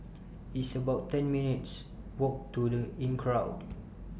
It's about ten minutes' Walk to The Inncrowd